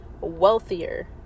wealthier